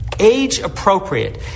age-appropriate